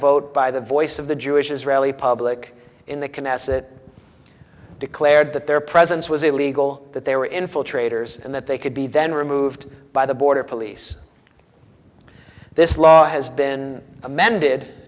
vote by the voice of the jewish israeli public in the knesset declared that their presence was illegal that they were infiltrators and that they could be then removed by the border police this law has been amended